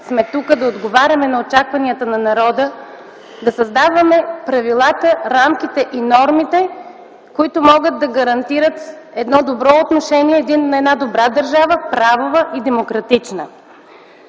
сме тук да отговаряме на очакванията на народа, да създаваме правилата, рамките и нормите, които могат да гарантират едно добро отношение на добра държава – правова и демократична.